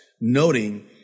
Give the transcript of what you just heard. noting